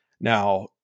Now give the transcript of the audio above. Now